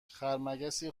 خرمگسی